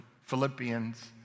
Philippians